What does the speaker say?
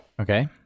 Okay